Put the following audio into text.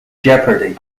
jeopardy